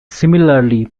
similarly